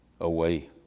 away